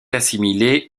assimilé